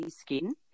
skin